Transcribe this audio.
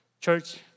Church